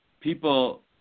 people